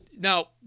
Now